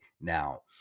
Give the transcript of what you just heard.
now